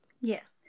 Yes